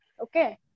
okay